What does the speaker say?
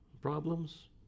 problems